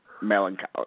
melancholy